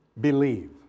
Believe